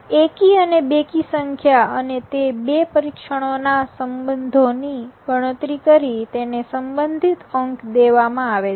એકી અને બેકી સંખ્યા અને તે બે પરીક્ષણોના સંબંધો ની ગણતરી કરી તેને સંબંધિત અંક દેવામાં આવે છે